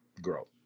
growth